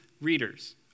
readers